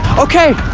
okay!